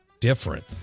different